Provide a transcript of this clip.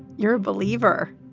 you're a believer.